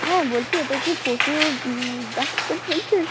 হ্যাঁ বলছি এটা কি পশু ডাক্তার বলছেন